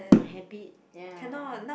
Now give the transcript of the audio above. my habit ya